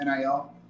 NIL